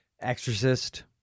Exorcist